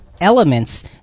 elements